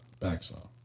backsaw